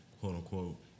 quote-unquote